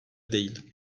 değil